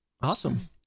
awesome